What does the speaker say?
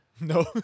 No